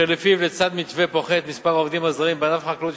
ולפיו לצד מתווה פוחת במספר העובדים הזרים בענף החקלאות,